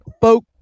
folk